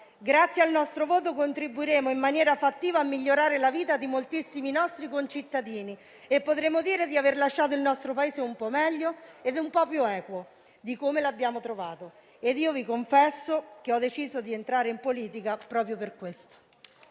grazie al nostro voto contribuiremo in maniera fattiva a migliorare la vita di moltissimi nostri concittadini e potremo dire di aver lasciato il nostro Paese un po' meglio - e un po' più equo - di come l'abbiamo trovato. Vi confesso che ho deciso di entrare in politica proprio per questo.